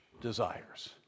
desires